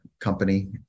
company